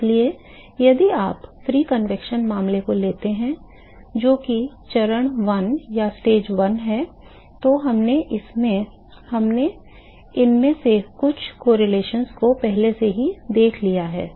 इसलिए यदि आप मुफ्त संवहन मामले को लेते हैं जो कि चरण 1 है तो हमने इनमें से कुछ सहसंबंधों को पहले ही देख लिया है